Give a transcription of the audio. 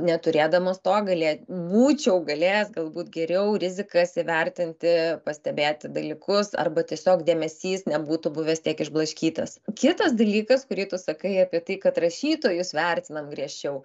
neturėdamas to galė būčiau galėjęs galbūt geriau rizikas įvertinti pastebėti dalykus arba tiesiog dėmesys nebūtų buvęs tiek išblaškytas kitas dalykas kurį tu sakai apie tai kad rašytojus vertinam griežčiau